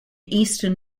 eastern